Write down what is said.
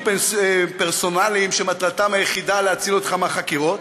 פרסונליים שמטרתם היחידה להציל אותך מהחקירות,